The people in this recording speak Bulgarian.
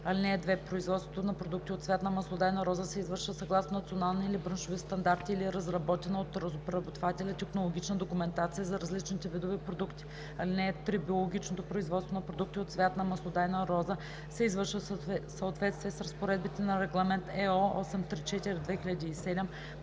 чл. 3. (2) Производството на продукти от цвят на маслодайна роза се извършва съгласно национални или браншови стандарти или разработена от розопреработвателя технологична документация за различните видове продукти. (3) Биологичното производство на продукти от цвят на маслодайна роза се извършва в съответствие с разпоредбите на Регламент (EО) № 834/2007